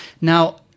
Now